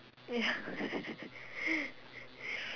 ya